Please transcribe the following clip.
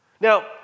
Now